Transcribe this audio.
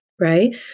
right